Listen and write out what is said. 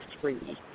three